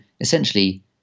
essentially